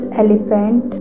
elephant